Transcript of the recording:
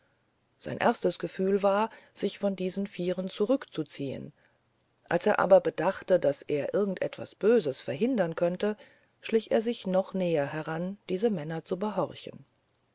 sein erstes gefühl war sich von diesen vieren zurückzuziehen als er aber bedachte daß er irgend etwas böses verhindern könnte schlich er sich noch näher herzu diese männer zu behorchen